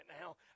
now